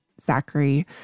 Zachary